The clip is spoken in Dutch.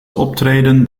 optreden